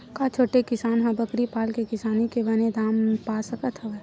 का छोटे किसान ह बकरी पाल के किसानी के बने दाम पा सकत हवय?